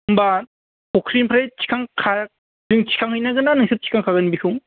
होनबा फख्रिनिफ्राय थिखांखा जों थिखांहैनांगोन ना नोंसोर थिखांखागोन बैखौ